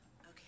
Okay